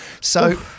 So-